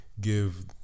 give